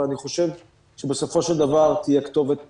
אבל אני חושב שבסופו של דבר תהיה כתובת מצוינת.